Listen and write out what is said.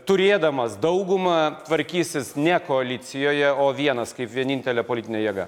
turėdamas daugumą tvarkysis ne koalicijoje o vienas kaip vienintelė politinė jėga